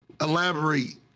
Elaborate